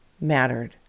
mattered